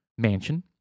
Mansion